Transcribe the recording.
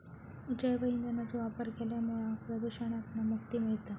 जैव ईंधनाचो वापर केल्यामुळा प्रदुषणातना मुक्ती मिळता